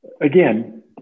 again